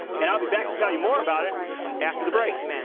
and i'll be back to tell you more about it after the break.